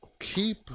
Keep